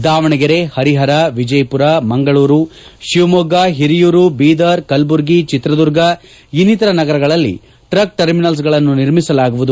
ದಾವಣಗೆರೆ ಹರಿಹರ ವಿಜಯಪುರ ಮಂಗಳೂರು ಶಿವಮೊಗ್ಗ ಹಿರಿಯೂರು ಬೀದರ್ ಕಲಬುರ್ಗಿ ಚಿತ್ರದುರ್ಗ ಇನ್ನಿತರ ನಗರಗಳಲ್ಲಿ ಟ್ರಕ್ ಟರ್ಮಿನಲ್ಲಿಗಳನ್ನು ನಿರ್ಮಿಸಲಾಗುವುದು